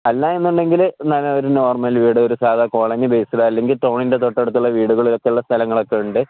അല്ലാ എന്നുണ്ടെങ്കില് നല്ല ഒരു നോർമൽ വീട് ഒരു സാധാ കോളഞ്ഞി ബേ്സില് അല്ലെങ്കി തോണിൻ്റെ തൊട്ടടുത്തുള്ള വീടുകള ഒൊക്കെയുള്ള സ്ഥലങ്ങളൊക്കെ ഉണ്ട്